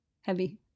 heavy